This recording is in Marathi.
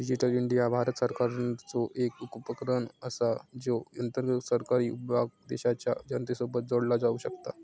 डिजीटल इंडिया भारत सरकारचो एक उपक्रम असा ज्या अंतर्गत सरकारी विभाग देशाच्या जनतेसोबत जोडला जाऊ शकता